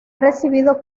recibido